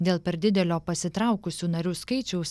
dėl per didelio pasitraukusių narių skaičiaus